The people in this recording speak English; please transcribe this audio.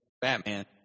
Batman